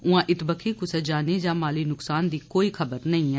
उयां इत्त बक्खी कुसै जानी जां माली नुक्सान दी कोई खबर नेई ऐ